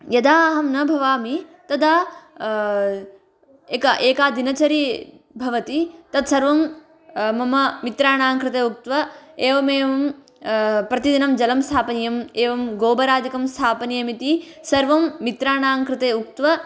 यदा अहं न भवामि तदा एक एका दिनचरी भवति तत्सर्वं मम मित्राणां कृते उक्त्वा एवमेवं प्रतिदिनं जलं स्थापनीयम् एवं गोबरादिकं स्थापनीयमिति सर्वं मित्राणां कृते उक्त्वा